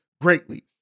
greatly